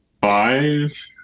five